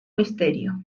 misterio